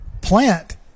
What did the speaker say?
Plant